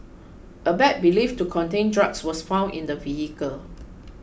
a bag believed to contain drugs was found in the vehicle